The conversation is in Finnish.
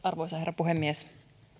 arvoisa herra puhemies